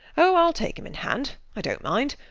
oh, i'll take him in hand i dont mind.